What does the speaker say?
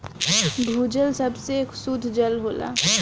भूजल सबसे सुद्ध जल होला